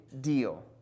deal